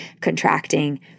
contracting